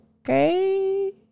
Okay